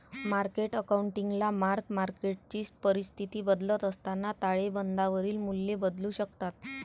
market अकाउंटिंगला mark मार्केटची परिस्थिती बदलत असताना ताळेबंदावरील मूल्ये बदलू शकतात